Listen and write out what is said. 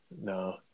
no